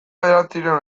bederatziehun